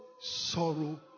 sorrow